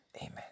amen